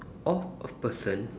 of a person